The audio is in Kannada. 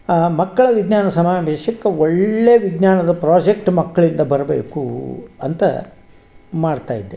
ಮಕ್ಕಳ ವಿಜ್ಞಾನದ ಸಮಾವೇಶಕ್ಕೆ ಒಳ್ಳೆಯ ವಿಜ್ಞಾನದ ಪ್ರಾಜೆಕ್ಟ್ ಮಕ್ಕಳಿಂದ ಬರಬೇಕು ಅಂತ ಮಾಡ್ತಾ ಇದ್ದೆ